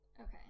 Okay